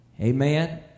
Amen